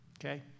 Okay